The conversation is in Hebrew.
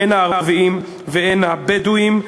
הן הערביים והן הבדואיים,